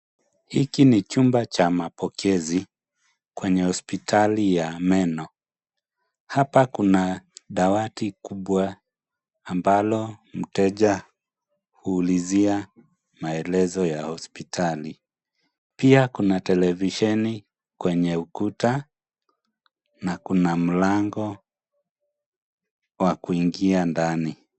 Hiki ni chumba cha mapokezi kwenye hospitali ya meno. Hapa kuna dawati kubwa ambalo mteja huulizia maelezo ya hospitali. Pia kuna televisheni kwenye ukuta na kuna mlango wa kuingia ndani.